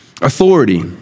authority